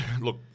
Look